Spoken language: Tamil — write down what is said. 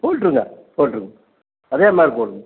போட்டுருங்க போட்டுருங்க அதேமாதிரி போடுங்கள்